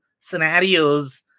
scenarios